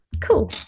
Cool